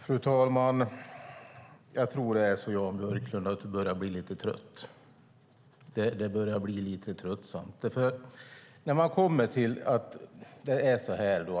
Fru talman! Jag tror att det är så, Jan Björklund, att du börjar bli lite trött. Det börjar bli lite tröttsamt. Du verkar tycka